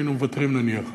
נניח,